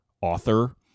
author